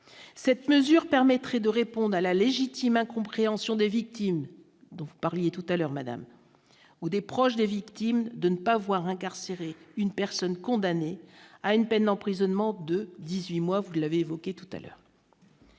cette mesure permettrait de répondre à la légitime incompréhension des victimes dont vous parliez tout à l'heure Madame ou des proches des victimes, de ne pas voir incarcérer une personne condamnée à une peine d'emprisonnement de 18 mois vous l'avez évoqué tout à l'heure.